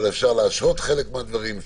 אז אפשר להשהות חלק מהדברים,